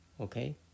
Okay